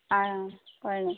आं बरें